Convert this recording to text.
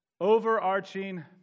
overarching